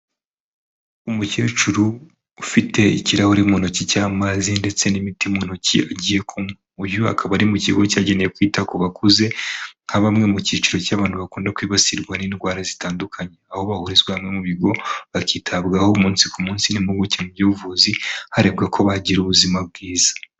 Umukecuru ufite ikirahuri mu ntoki cy'amazi ndetse n'imiti mu ntoki agiye kunywa uyu akaba ari mu kigo cyagenewe kwita ku bakuze nka bamwe mu cyiciro cy'abantu bakunda kwibasirwa n'indwara zitandukanye, aho bahurizwa mu bigo bakitabwaho umunsi ku munsi n'impuguke mu by'ubuvuzi harebwa ko bagira ubuzima bwiza.